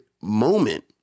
moment